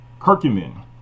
Curcumin